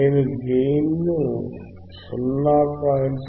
నేను గెయిన్ ను 0